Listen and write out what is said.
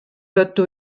ydw